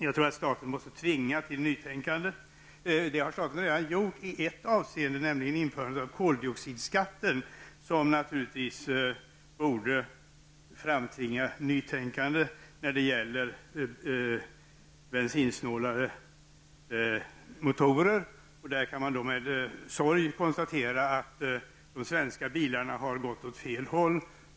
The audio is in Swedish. Jag tror alltså att staten måste tvinga fram ett nytänkande inom bilindustrin. Det har staten redan gjort i ett avseende, nämligen genom införandet av koldioxidskatten. Den bör naturligtvis framtvinga ett nytänkande när det gäller att få fram bensinsnålare motorer. Man kan med sorg konstatera att de svenska biltillverkarna har gått åt fel håll på det området.